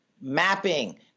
mapping